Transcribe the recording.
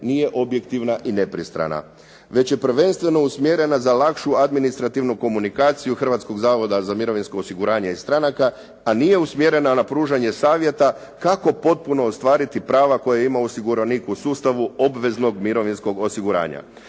nije objektivna i nepristrana, već je prvenstveno usmjerena za lakše administrativnu komunikaciju Hrvatskog zavoda za mirovinsko osiguranje i stranaka, a nije usmjerena na pružanje savjeta kako potpuno ostvariti prava koja ima osiguranik u sustavu obveznog mirovinsko osiguranja.